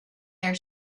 their